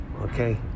okay